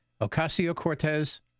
Ocasio-Cortez